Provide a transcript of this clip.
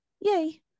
Yay